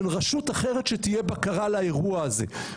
של רשות אחרת שתהיה בקרה לאירוע הזה.